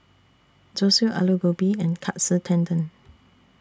Zosui Alu Gobi and Katsu Tendon